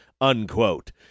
unquote